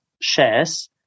shares